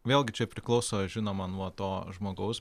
vėlgi čia priklauso žinoma nuo to žmogaus